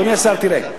אדוני השר: תראה,